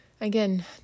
again